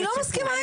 אני לא מסכימה איתך.